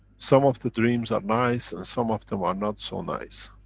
some of the dreams are nice, and some of them are not so nice.